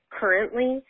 currently